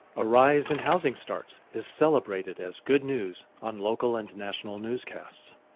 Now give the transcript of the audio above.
a rise in housing starts is celebrated as good news on local and national newscasts.